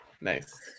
Nice